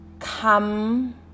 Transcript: come